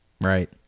Right